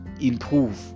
improve